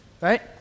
right